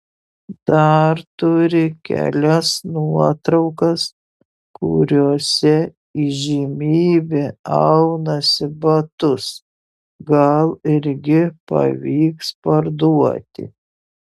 dar turi kelias nuotraukas kuriose įžymybė aunasi batus gal irgi pavyks parduoti